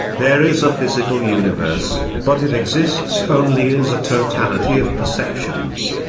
there is a physical universe, but it exists only as a totality of perceptions.